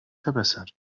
verbessert